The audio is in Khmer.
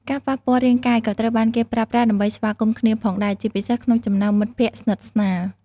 ការប៉ះពាល់រាងកាយ ក៏ត្រូវបានគេប្រើប្រាស់ដើម្បីស្វាគមន៍គ្នាផងដែរ ជាពិសេសក្នុងចំណោមមិត្តភក្តិស្និទ្ធស្នាល។